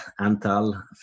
Antal